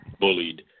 bullied